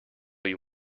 you